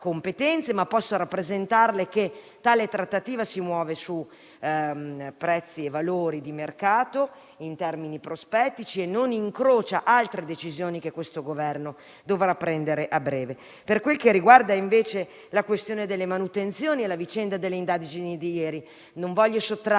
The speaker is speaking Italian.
ma posso rappresentarle che tale trattativa si muove su prezzi e valori di mercato, in termini prospettici, e non incrocia altre decisioni che questo Governo dovrà prendere a breve. Per quel che riguarda, invece, la questione delle manutenzioni e la vicenda delle indagini di ieri, non voglio sottrarmi